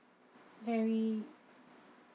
very